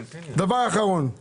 אני